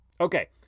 Okay